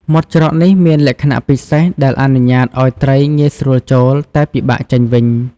មាត់ច្រកនេះមានលក្ខណៈពិសេសដែលអនុញ្ញាតឲ្យត្រីងាយស្រួលចូល តែពិបាកចេញវិញ។